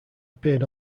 appeared